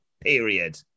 Period